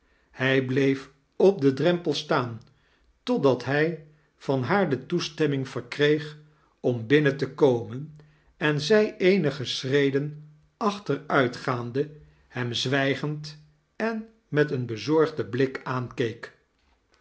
hij bleef op den drempel staan totdat hij van haar de toestemming verkreeg om binnen te komen en zij eenige sonreden achteruitgaande hem zwrjgend en met een beaorgden blik aankeek